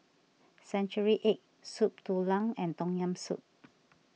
Century Egg Soup Tulang and Tom Yam Soup